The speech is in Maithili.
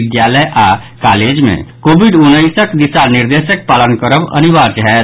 विद्यालय आओर कॉलेज मे कोविड उन्नैसक दिशा निर्देशक पालन करब अनिवार्य होयत